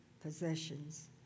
possessions